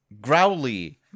Growly